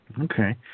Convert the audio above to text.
Okay